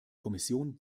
kommission